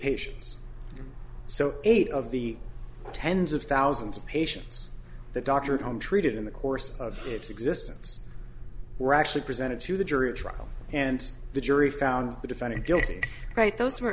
patients so eight of the tens of thousands of patients the doctor at home treated in the course of its existence were actually presented to the jury trial and the jury found the defendant guilty right those were